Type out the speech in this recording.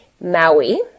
Maui